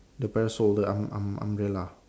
the parasol the um~ um~ umbrella